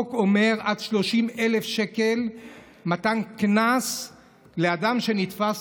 החוק אומר עד 30,000 שקל קנס לאדם שנתפס